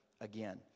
again